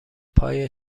پای